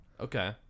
Okay